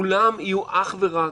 כולם יהיו אך ורק